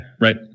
right